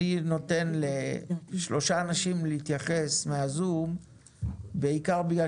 אני נותן לשלושה אנשים להתייחס מהזום בעיקר בגלל